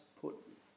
put